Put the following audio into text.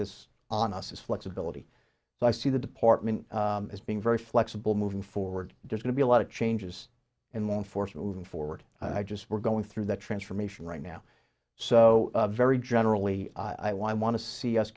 this on us is flexibility so i see the department as being very flexible moving forward they're going to be a lot of changes in law enforcement moving forward i just we're going through that transformation right now so very generally i want to see us